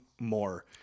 more